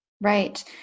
Right